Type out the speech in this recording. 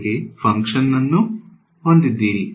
ಜೊತೆಗೆ ಫಂಕ್ಷನ್ ಗಳನ್ನು ಹೊಂದಿದ್ದೀರಿ